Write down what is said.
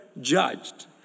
judged